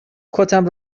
کتم